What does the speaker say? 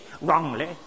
wrongly